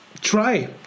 try